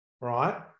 right